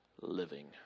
living